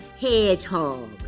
hedgehog